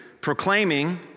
proclaiming